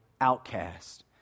outcast